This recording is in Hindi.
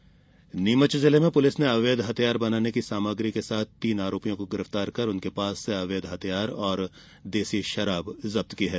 अवैध हथियार नीमच जिले में पुलिस ने अवैध हथियार बनाने की सामग्री के साथ तीन आरोपियों को गिरफ्तार कर उनके पास से अवैध हथियार और देशी शराब जब्त की है